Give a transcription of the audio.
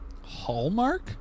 Hallmark